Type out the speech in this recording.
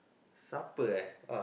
supper eh